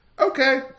Okay